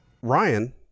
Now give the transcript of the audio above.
Ryan